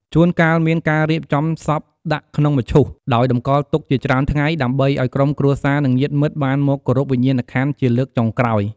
ជួនកាលមានការរៀបចំសពដាក់ក្នុងមឈូស ដោយតម្កល់ទុកជាច្រើនថ្ងៃ ដើម្បីឱ្យក្រុមគ្រួសារ និងញាតិមិត្តបានមកគោរពវិញ្ញាណក្ខន្ធជាលើកចុងក្រោយ។